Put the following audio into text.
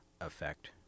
Effect